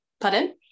Pardon